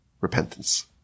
Repentance